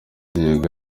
kigera